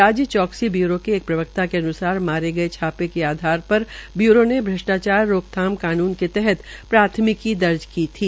राज्य चौक्सी ब्यूरों के प्रवक्ता के अन्सार मारे गये छापे के आधार पर ब्यूरो के भ्रष्टाचार रोकथाम कानून के तहत प्राथमिकी दर्ज की थी